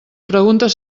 preguntes